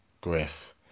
Griff